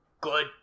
good